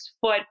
foot